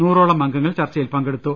നൂറോളം അംഗ ങ്ങൾ ചർച്ചയിൽ പങ്കെടുത്തു